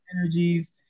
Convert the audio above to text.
energies